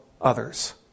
others